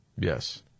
Yes